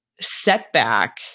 setback